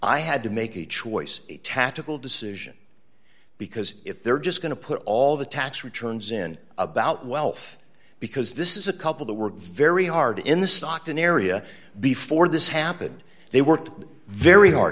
i had to make a choice a tactical decision because if they're just going to put all the tax returns in about wealth because this is a couple that were very hard in the stockton area before this happened they worked very